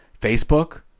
Facebook